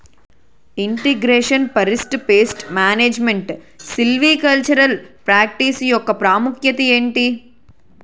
integration forest pest management silvicultural practice యెక్క ప్రాముఖ్యత ఏంటి